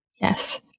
Yes